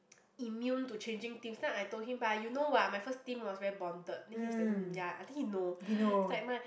immune to changing things then I told him but you know why my first team was very bonded then he was like um ya I think he know it's like my